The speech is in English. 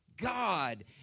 God